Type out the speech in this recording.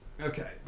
Okay